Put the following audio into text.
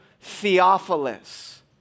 Theophilus